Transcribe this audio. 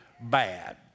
bad